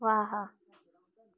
वाह